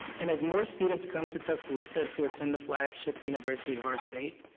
and as more students come to tuscaloosa to attend the flagship university of our state,